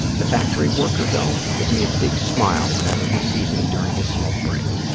the factory worker, though, gives me a big smile whenever he sees me during his smoke break.